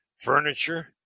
furniture